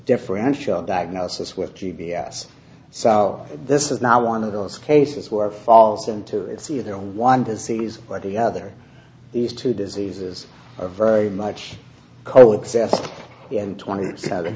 differential diagnosis with g p s so this is now one of those cases where falls into it's either one disease or the other these two diseases are very much coexist in twenty seven